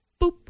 Boop